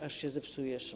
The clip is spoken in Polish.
Aż się zepsujesz”